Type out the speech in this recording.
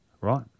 right